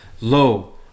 Lo